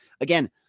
Again